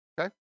okay